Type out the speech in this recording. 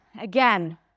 again